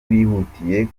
bihutiye